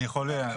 אני יכול הערה?